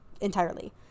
entirely